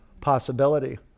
possibility